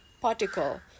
particle